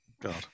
god